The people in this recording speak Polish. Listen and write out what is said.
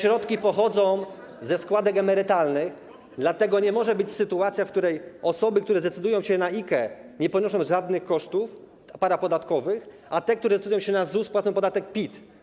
Te środki pochodzą ze składek emerytalnych, dlatego nie może być sytuacji, w której osoby, które zdecydują się na IKE, nie ponoszą żadnych kosztów parapodatkowych, a te, które zdecydują się na ZUS, płacą podatek PIT.